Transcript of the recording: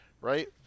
right